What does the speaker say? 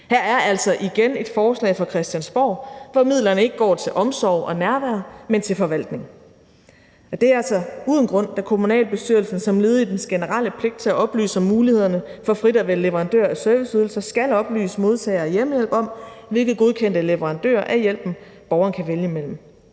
Her er altså igen et forslag fra Christiansborg, hvor midlerne ikke går til omsorg og nærvær, men til forvaltning. Det er altså uden grund, da kommunalbestyrelsen som led i dens generelle pligt til at oplyse om mulighederne for frit at vælge leverandør af serviceydelser skal oplyse modtagere af hjemmehjælp om, hvilke godkendte leverandører af hjælpen borgeren kan vælge imellem.